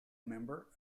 member